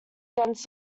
against